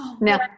Now